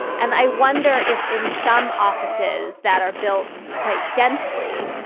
and i wonder if in some offices that are built quite densely,